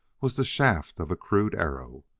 was the shaft of a crude arrow.